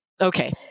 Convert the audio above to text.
okay